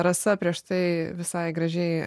rasa prieš tai visai gražiai